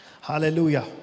Hallelujah